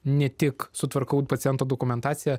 ne tik sutvarkau paciento dokumentaciją